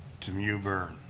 to mewburn.